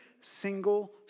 single